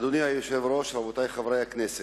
אדוני היושב-ראש, רבותי חברי הכנסת,